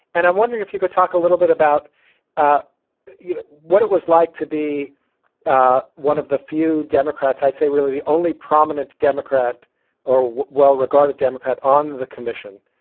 and i'm wondering if you could talk a little bit about ah you know what it was like to be ah one of the few democrats, i'd say really the only prominent democrat or well-regarded democrat on the commission.